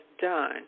done